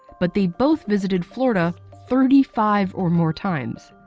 but they both visited florida, thirty five or more times.